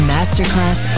Masterclass